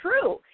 true